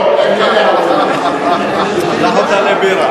לא, אני אמרתי, אפשר הערת ביניים מושכלת?